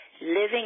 living